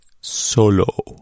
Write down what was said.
solo